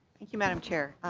thank you mme. ah um chair.